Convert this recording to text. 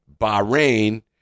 Bahrain